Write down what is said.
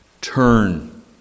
Turn